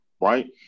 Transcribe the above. right